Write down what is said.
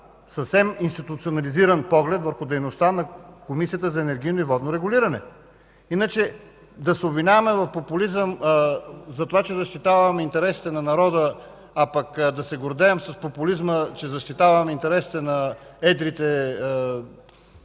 съвсем институционализиран поглед върху дейността на Комисията за енергийно и водно регулиране. Иначе, да се обвиняваме в популизъм, защото защитаваме интересите на народа, а да се гордеем с популизма, че защитаваме интересите на едрите,